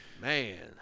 Man